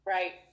Right